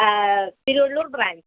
Tiruvallur branch